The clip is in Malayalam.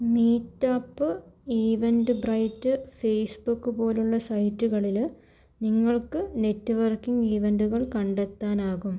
meet up Eventbrite Facebook പോലെയുള്ള സൈറ്റുകളിൽ നിങ്ങൾക്ക് നെറ്റ്വർക്കിംഗ് ഇവൻറ്റുകൾ കണ്ടെത്താനാകും